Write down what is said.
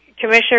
Commissioner